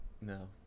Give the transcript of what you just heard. No